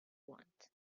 want